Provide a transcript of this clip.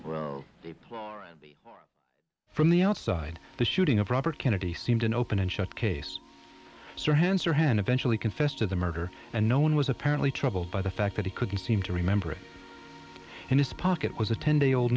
from the outside the shooting of robert kennedy seemed an open and shut case soreheads or hand eventually confessed to the murder and no one was apparently troubled by the fact that he couldn't seem to remember it in his pocket was a ten day old